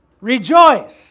rejoice